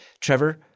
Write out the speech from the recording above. Trevor